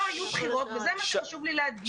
לא היו בחירות וזה מה שחשוב לי להדגיש.